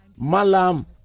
Malam